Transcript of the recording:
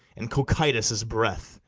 and cocytus' breath,